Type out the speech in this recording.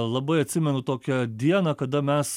labai atsimenu tokią dieną kada mes